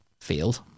field